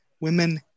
Women